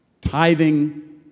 Tithing